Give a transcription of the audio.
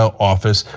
ah office,